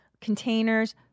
containers